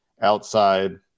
outside